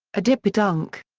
a dipper dunk!